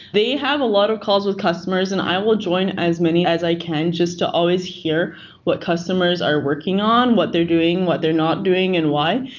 they have a lot of calls with customers and i will join as many as i can just to always hear what customers are working on, what they're doing, what they're not doing and why.